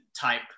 type